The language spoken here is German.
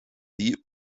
die